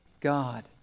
God